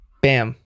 Bam